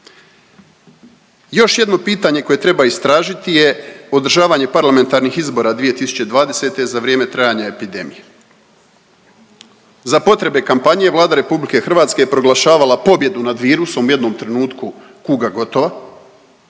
još jedno pitanje koje treba istražiti je održavanje parlamentarnih izbora 2020. za vrijeme trajanja epidemije. Za potrebe kampanje Vlada RH je proglašavala pobjedu nad virusom u jednom trenutku kuga gotova,